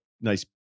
nice